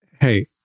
hey